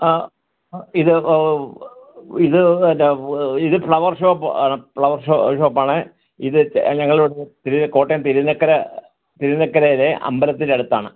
ആ ഇത് ഇത് പിന്നെ ഇത് ഫ്ലവർ ഷോപ്പ് ഫ്ലവർ ഷോ ഷോപ്പാണ് ഇത് ഞങ്ങളിവി ഇത് കോട്ടയം തിരുന്നക്കര തിരുന്നക്കരേലെ അമ്പലത്തിൻ്റെ അടുത്താണ്